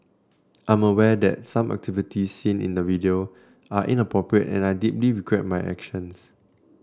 I'm aware that some activities seen in the video are inappropriate and I deeply regret my actions